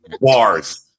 Bars